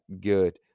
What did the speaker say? good